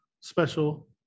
special